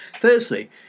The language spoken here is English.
Firstly